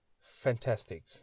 Fantastic